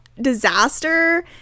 disaster